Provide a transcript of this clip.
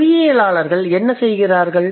மொழியியலாளர்கள் என்ன செய்கிறார்கள்